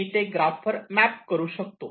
मी ते ग्राफ वर मॅप करू शकतो